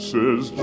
Says